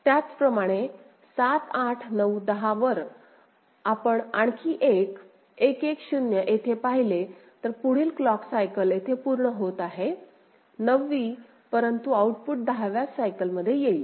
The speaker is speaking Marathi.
त्याचप्रमाणे 7 8 9 10 वर आपण आणखी एक 1 1 0 येथे पाहिले तर पुढील क्लॉक सायकल येथे पूर्ण होत आहे 9 वी परंतु आउटपुट 10 व्या सायकल मध्ये येईल